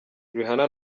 rihanna